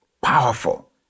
powerful